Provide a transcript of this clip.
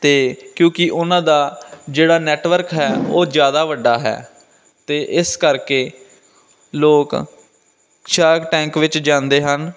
ਅਤੇ ਕਿਉਂਕਿ ਉਹਨਾਂ ਦਾ ਜਿਹੜਾ ਨੈਟਵਰਕ ਹੈ ਉਹ ਜ਼ਿਆਦਾ ਵੱਡਾ ਹੈ ਅਤੇ ਇਸ ਕਰਕੇ ਲੋਕ ਸਾਰਕ ਟੈਂਕ ਵਿੱਚ ਜਾਂਦੇ ਹਨ